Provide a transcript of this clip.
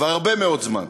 כבר הרבה מאוד זמן.